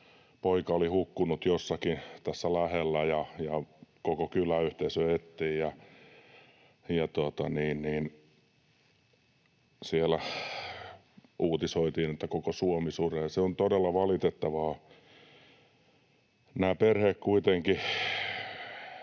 poika oli hukkunut jossakin tässä lähellä ja koko kyläyhteisö etsi, ja uutisoitiin, että koko Suomi suree. Se on todella valitettavaa. Nämä perheet kuitenkin